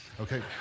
Okay